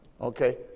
Okay